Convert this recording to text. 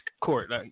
court